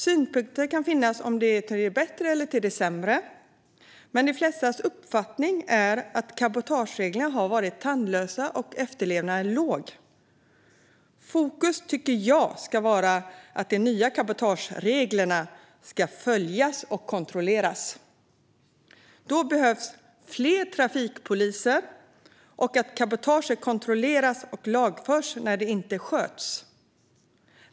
Synpunkter kan finnas på om det är till det bättre eller till det sämre, men de flestas uppfattning är att cabotagereglerna varit tandlösa och efterlevnaden låg. Fokus tycker jag ska vara på att de nya cabotagereglerna ska följas och kontrolleras. Då behövs det fler trafikpoliser så att cabotaget kontrolleras och lagförs när det inte sköts.